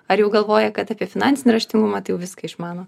ar jau galvoja kad apie finansinį raštingumą tai jau viską išmano